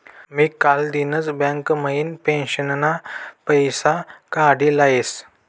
मी कालदिनच बँक म्हाइन पेंशनना पैसा काडी लयस